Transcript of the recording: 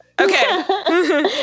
Okay